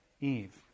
Eve